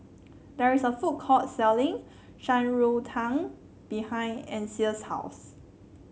there is a food court selling Shan Rui Tang behind Ancil's house